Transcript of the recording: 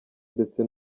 ndetse